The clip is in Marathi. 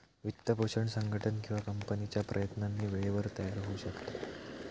वित्तपोषण संघटन किंवा कंपनीच्या प्रयत्नांनी वेळेवर तयार होऊ शकता